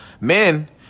men